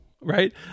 right